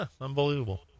Unbelievable